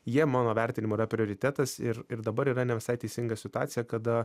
jie mano vertinimu yra prioritetas ir ir dabar yra ne visai teisinga situacija kada